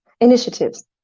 initiatives